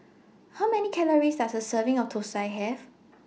How Many Calories Does A Serving of Thosai Have